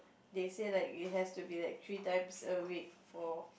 they say like it has to be like three times a week for